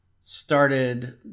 started